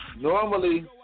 normally